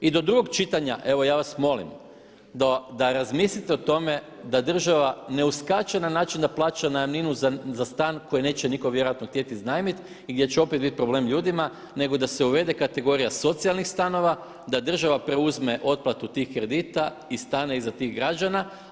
I do drugog čitanja evo ja vas molim da razmislite o tome da država ne uskače na način da plaća najamninu za stan koji neće nitko vjerojatno htjeti iznajmit i gdje će opet bit problem ljudima nego da se uvede kategorija socijalnih stanova, da država preuzme otplatu tih kredita i stane iza tih građana.